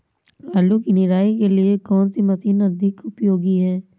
आलू की निराई के लिए कौन सी मशीन अधिक उपयोगी है?